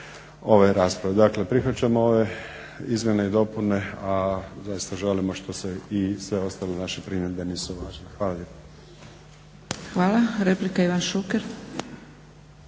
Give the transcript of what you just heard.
ove rasprave. Dakle, prihvaćamo ove izmjene i dopune, a zaista žalimo što se i sve ostale naše primjedbe nisu uvažile. Hvala lijepa.